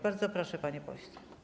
Bardzo proszę, panie pośle.